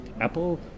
Apple